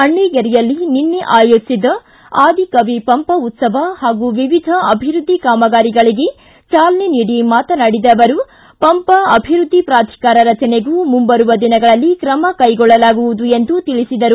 ಅಣ್ಣಿಗೇರಿಯಲ್ಲಿ ನಿನ್ನೆ ಆಯೋಜಿಸಿದ್ದ ಆದಿಕವಿ ಪಂಪ ಉತ್ತವ ಹಾಗೂ ವಿವಿಧ ಅಭಿವೃದ್ಧಿ ಕಾಮಗಾರಿಗಳಿಗೆ ಚಾಲನೆ ನೀಡಿ ಮಾತನಾಡಿದ ಅವರು ಪಂಪ ಅಭಿವೃದ್ಧಿ ಪ್ರಾಧಿಕಾರ ರಚನೆಗೂ ಮುಂಬರುವ ದಿನಗಳಲ್ಲಿ ಕ್ರಮ ಕೈಗೊಳ್ಳಲಾಗುವುದು ಎಂದು ತಿಳಿಸಿದರು